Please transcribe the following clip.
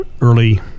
early